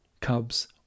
cubs